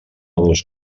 dos